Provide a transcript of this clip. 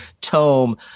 tome